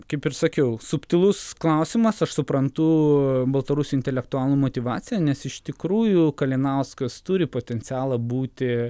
kaip ir sakiau subtilus klausimas aš suprantu baltarusių intelektualų motyvaciją nes iš tikrųjų kalinauskas turi potencialą būti